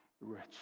rich